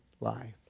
life